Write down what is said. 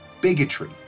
bigotry